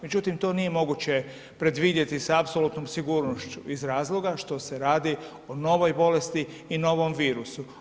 Međutim, to nije moguće predvidjeti sa apsolutnom sigurnošću iz razloga što se radi o novoj bolesti i novom virusu.